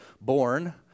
born